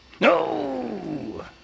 No